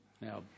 Now